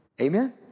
Amen